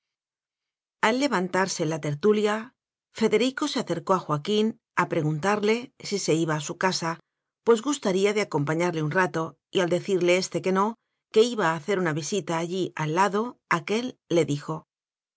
al levantarse la tertulia federico se acer có a joaquín a preguntarle si se iba a su casa pues gustaría de acompañarle un rato y al decirle éste que no que iba a hacer una vi sita allí al lado aquél le dijo